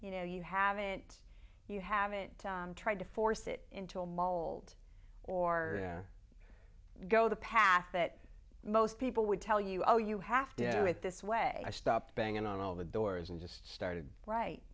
you know you haven't you haven't tried to force it into a mold or go the path that most people would tell you oh you have to do it this way i stopped banging on all the doors and just started right